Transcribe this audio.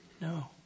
No